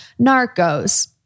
Narcos